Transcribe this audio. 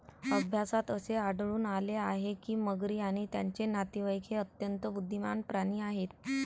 अभ्यासात असे आढळून आले आहे की मगरी आणि त्यांचे नातेवाईक हे अत्यंत बुद्धिमान प्राणी आहेत